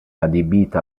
adibita